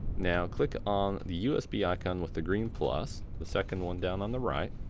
now click on the usb icon with the green plus. the second one down on the right.